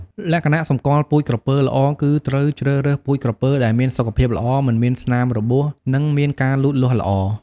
លក្ខណៈសម្គាល់ពូជក្រពើល្អ គឺត្រូវជ្រើសរើសពូជក្រពើដែលមានសុខភាពល្អ មិនមានស្នាមរបួស និងមានការលូតលាស់ល្អ។